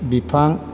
बिफां